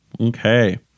Okay